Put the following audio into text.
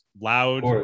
loud